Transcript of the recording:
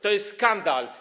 To jest skandal.